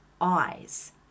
eyes